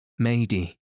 Mady